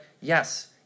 yes